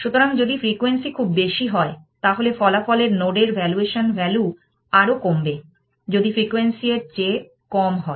সুতরাং যদি ফ্রিকোয়েন্সি খুব বেশি হয় তাহলে ফলাফলের নোডের ভ্যালুয়েশন ভ্যালু আরও কমবে যদি ফ্রিকোয়েন্সি এর চেয়ে কম হয়